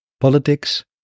politics